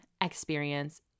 experience